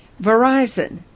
Verizon